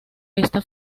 esta